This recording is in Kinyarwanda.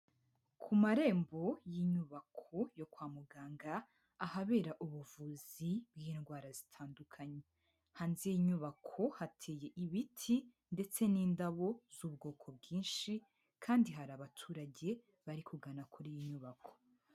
Ku marembo y'inyubako yo kwa muganga, ahabera ubuvuzi bw'indwara zitandukanye, hanze y'iyi nyubako hateye ibiti ndetse n'indabo z'ubwoko bwinshi kandi hari abaturage bari kugana kuri iyi nyubako.